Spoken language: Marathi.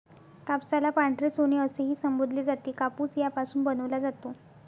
कापसाला पांढरे सोने असेही संबोधले जाते, कापूस यापासून बनवला जातो